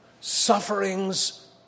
Sufferings